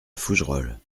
fougerolles